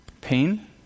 Pain